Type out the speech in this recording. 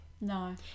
No